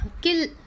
kill